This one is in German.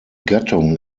gattung